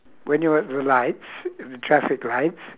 when you're at the lights the traffic lights